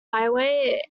highway